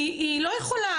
היא לא יכולה,